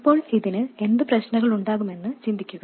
ഇപ്പോൾ ഇതിന് എന്ത് പ്രശ്നങ്ങളുണ്ടാകുമെന്ന് ചിന്തിക്കുക